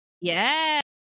Yes